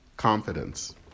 confidence